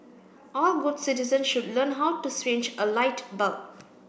all good citizens should learn how to change a light bulb